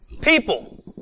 people